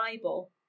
Bible